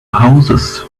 houses